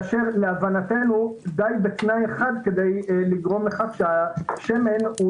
להבנתנו די בתנאי אחד כדי לגרום לכך שהשמן הוא